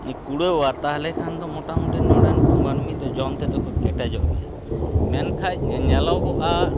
ᱠᱩᱲᱟᱹᱣᱟ ᱛᱟᱦᱚᱞᱮ ᱠᱷᱟᱱᱫᱚ ᱢᱚᱴᱟᱢᱩᱴᱤ ᱱᱚᱸᱰᱮᱱᱠᱚ ᱢᱟᱹᱱᱢᱤ ᱫᱚ ᱡᱚᱢᱛᱮᱫᱚ ᱠᱚ ᱠᱮᱴᱮᱡᱚᱜ ᱜᱮᱭᱟ ᱢᱮᱱᱠᱷᱟᱱ ᱧᱮᱞᱚᱜᱚᱼᱟ